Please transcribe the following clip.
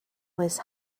was